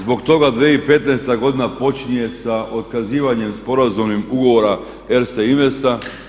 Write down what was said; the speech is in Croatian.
Zbog toga 2015. godina počinje sa otkazivanjem sporazumom ugovora Erste-investa.